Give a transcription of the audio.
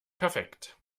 perfekt